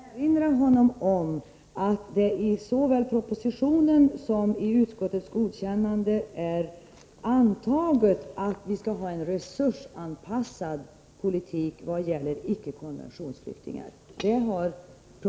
Herr talman! Jag vill med anledning av vad Börje Nilsson sade bara erinra honom om att det såväl i propositionen som i utskottets godkännande av denna är antaget att vi skall ha en resursanpassad politik i vad gäller icke-konventionsflyktingar.